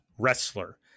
wrestler